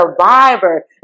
survivor